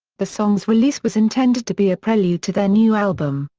the song's release was intended to be a prelude to their new album,